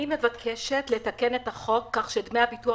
אני מבקשת לתקן את החוק כך שדמי הביטוח